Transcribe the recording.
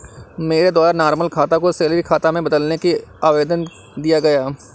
मेरे द्वारा नॉर्मल खाता को सैलरी खाता में बदलने का आवेदन दिया गया